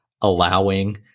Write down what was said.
allowing